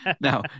Now